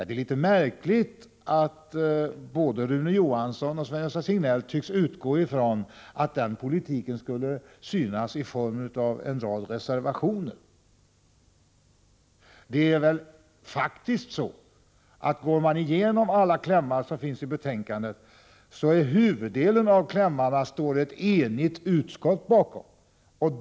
Det är litet märkligt att både Rune Johansson och Sven-Gösta Signell tycks utgå från att den politiken skulle synas i form av en rad reservationer. Går man igenom alla klämmar i betänkandet finner man att huvuddelen av klämmarna står ett enigt utskott bakom.